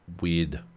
weird